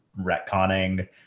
retconning